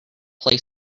play